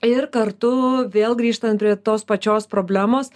ir kartu vėl grįžtant prie tos pačios problemos